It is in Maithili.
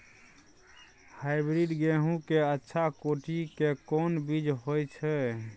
हाइब्रिड गेहूं के अच्छा कोटि के कोन बीज होय छै?